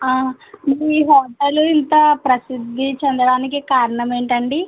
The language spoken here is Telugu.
మీ హోటల్ ఇంత ప్రసిద్ధి చెందడానికి కారణం ఏంటండి